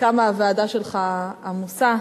כמה הוועדה שלך עמוסה.